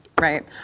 right